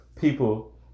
people